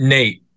Nate